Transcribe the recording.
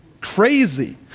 crazy